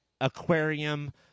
aquarium